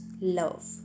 love